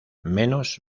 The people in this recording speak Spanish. menos